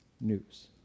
news